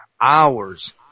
hours